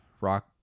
Rock